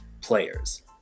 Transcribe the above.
players